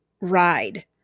ride